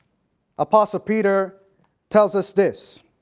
apostle peter tells us this.